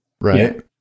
Right